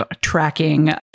tracking